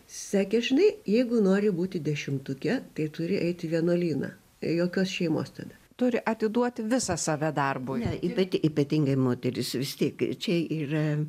sakė žinai jeigu nori būti dešimtuke tai turi eiti į vienuolyną jokios šeimos tada turi atiduoti visą save darbui ne ypat ypatingai moterys vis tiek čia yra yra